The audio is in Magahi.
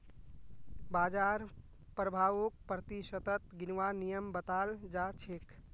बाजार प्रभाउक प्रतिशतत गिनवार नियम बताल जा छेक